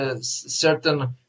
certain